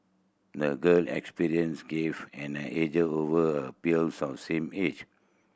the girl experiences gave an edge over her peers of the same age